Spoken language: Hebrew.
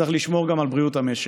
צריך לשמור גם על בריאות המשק.